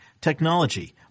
technology